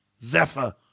Zephyr